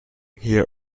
here